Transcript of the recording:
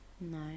No